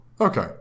Okay